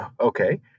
Okay